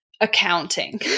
accounting